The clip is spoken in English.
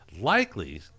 likely